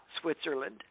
Switzerland